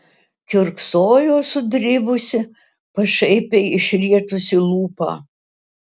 kiurksojo sudribusi pašaipiai išrietusi lūpą